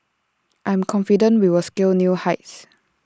I'm confident we will scale new heights